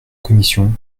commission